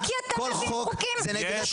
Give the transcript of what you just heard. כל חוק זה נגד עתירות.